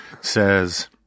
says